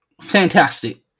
fantastic